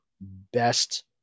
best